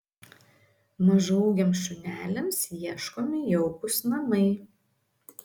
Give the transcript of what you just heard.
mažaūgiams šuneliams ieškomi jaukūs namai